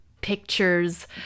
pictures